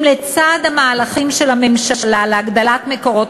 אם לצד המהלכים של הממשלה להגדלת מקורות